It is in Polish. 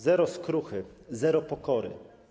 Zero skruchy, zero pokory.